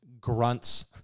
grunts